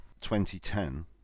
2010